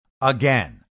again